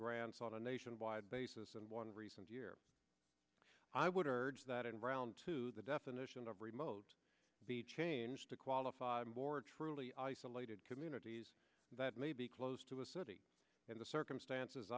grants on a nationwide basis and one recent year i would urge that in round two the definition of remote be changed to qualify more truly isolated communities that may be close to a city in the circumstances